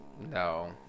No